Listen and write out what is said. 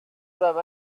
some